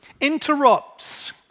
interrupts